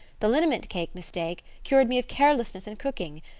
the liniment cake mistake cured me of carelessness in cooking.